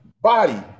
Body